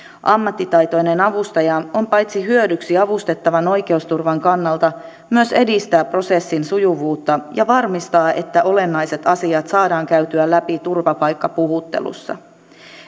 ammattitaitoinen avustaja paitsi on hyödyksi avustettavan oikeusturvan kannalta myös edistää prosessin sujuvuutta ja varmistaa että olennaiset asiat saadaan käytyä läpi turvapaikkapuhuttelussa